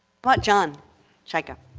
but john chicca.